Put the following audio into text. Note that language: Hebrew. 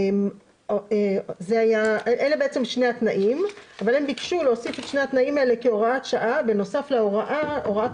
לקחנו את התקנות שעברו במהלך השנה האחרונה לגבי